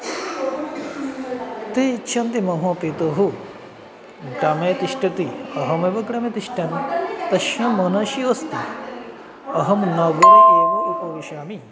ते इच्छन्ति मम पितुः ग्रामे तिष्ठति अहमेव ग्रामे तिष्ठामि तस्य मनसि अस्ति अहं नगरे एव उपविशामि